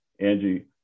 Angie